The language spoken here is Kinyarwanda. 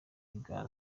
bwa